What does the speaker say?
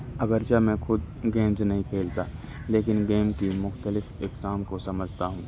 اگرچہ میں خود گیمز نہیں کھیلتا لیکن گیم کی مختلف اقسام کو سمجھتا ہوں